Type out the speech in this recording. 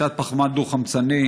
פליטת פחמן דו-חמצני,